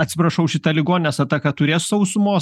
atsiprašau šita ligoninės ataka turės sausumos